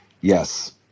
Yes